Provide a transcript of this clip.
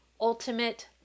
ultimate